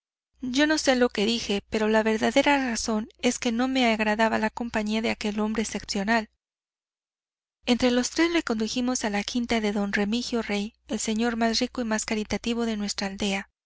yo no sé lo que dije pero la verdadera razón es que no me agradaba la compañía de aquel hombre excepcional entre los tres le condujimos a la quinta de don remigio rey el señor más rico y más caritativo de nuestra aldea